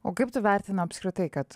o kaip tu vertini apskritai kad